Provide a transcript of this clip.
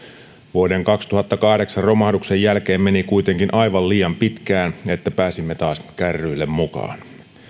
vuoden kaksituhattakahdeksan romahduksen jälkeen meni kuitenkin aivan liian pitkään että pääsimme taas kärryille mukaan